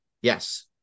Yes